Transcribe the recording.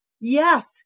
Yes